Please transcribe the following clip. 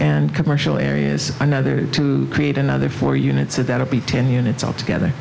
and commercial areas another create another four units that will be ten units all together